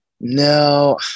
No